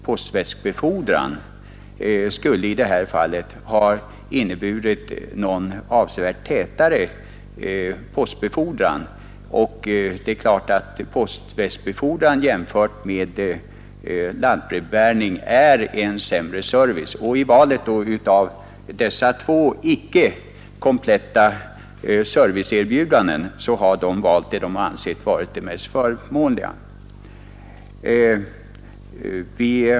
Postväskbefordran skulle i det här fallet inte ha inneburit någon avsevärt tätare postbefordran än den nuvarande, och det är klart att postväskbefordran är en sämre service än lantbrevbäring. I valet mellan dessa två icke kompletta serviceerbjudanden har byborna valt det alternativ de ansett mest förmånligt.